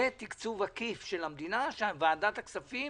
זה תקצוב עקיף של המדינה, שוועדת הכספים